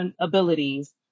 abilities